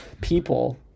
people